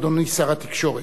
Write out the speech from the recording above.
אדוני שר התקשורת,